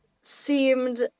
seemed